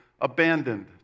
abandoned